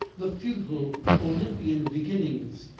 the futile olympian beginnings.